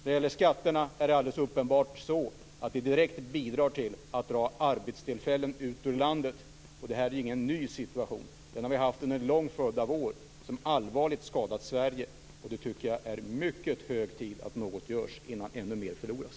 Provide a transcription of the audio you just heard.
Det är alldeles uppenbart så att skatterna direkt bidrar till att dra arbetstillfällen ut ur landet. Det är ingen ny situation. Den har vi haft under en lång följd av år, vilket allvarligt skadat Sverige. Det är hög tid att något görs innan ännu mer förloras.